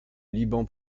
liban